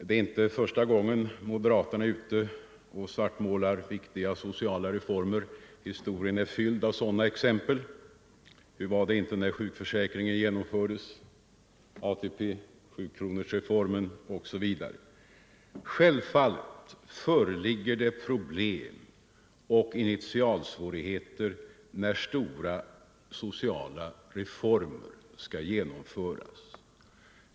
Det är inte första gången moderaterna svartmålar viktiga sociala reformer — historien är fylld av exempel härpå. Hur var det inte när sjukförsäkringen, ATP och sjukronorsreformen genomfördes? Självfallet föreligger problem och initialsvårigheter när stora sociala Nr 126 reformer skall genomföras.